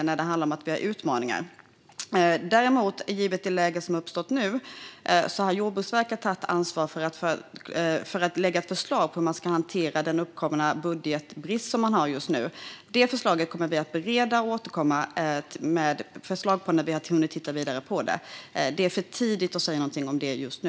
Däremot har Jordbruksverket, givet det läge som uppstått, tagit ansvar för att lägga fram förslag på hur man ska hantera den budgetbrist som uppkommit. De förslagen kommer vi att bereda och återkomma om när vi hunnit titta närmare på dem. Det är för tidigt att säga något om det just nu.